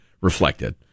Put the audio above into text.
reflected